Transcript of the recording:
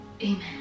Amen